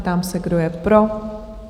Ptám se, kdo je pro?